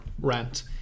rant